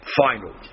final